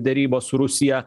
derybos su rusija